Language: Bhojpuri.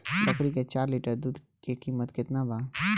बकरी के चार लीटर दुध के किमत केतना बा?